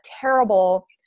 terrible